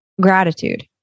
gratitude